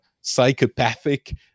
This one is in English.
psychopathic